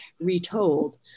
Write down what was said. retold